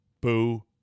Boo